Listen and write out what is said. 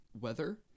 weather